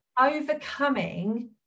overcoming